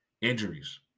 injuries